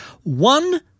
One